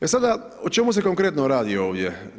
E sada, o čemu se konkretno radi ovdje?